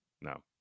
No